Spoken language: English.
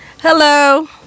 Hello